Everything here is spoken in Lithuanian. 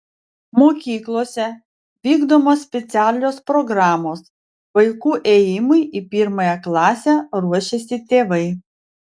mokyklose vykdomos specialios programos vaikų ėjimui į pirmąją klasę ruošiasi tėvai